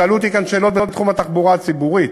שאלו אותי כאן שאלות בתחום התחבורה הציבורית.